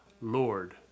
Lord